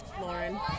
Lauren